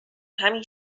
همین